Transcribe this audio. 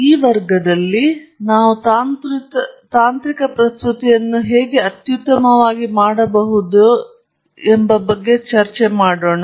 ಈ ವರ್ಗದಲ್ಲಿ ನಾವು ತಾಂತ್ರಿಕ ಪ್ರಸ್ತುತಿಯನ್ನು ಹೇಗೆ ಮಾಡಬೇಕೆಂದು ನೋಡೋಣ